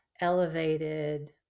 elevated